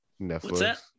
Netflix